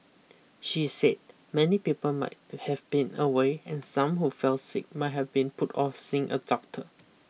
she said many people might have been away and some who fell sick might have put off seeing a doctor